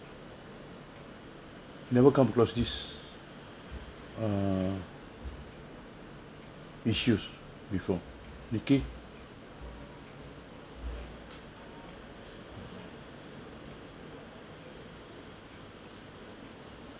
never come close this err issues before nicky